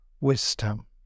wisdom